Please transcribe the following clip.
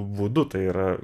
būdu tai yra